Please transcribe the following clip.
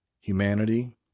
humanity